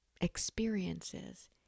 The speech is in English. experiences